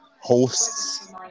hosts